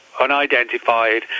unidentified